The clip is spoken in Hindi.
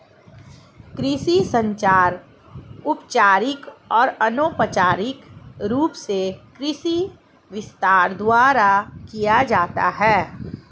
कृषि संचार औपचारिक और अनौपचारिक रूप से कृषि विस्तार द्वारा किया जाता है